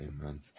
Amen